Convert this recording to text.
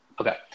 Okay